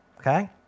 Okay